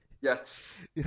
Yes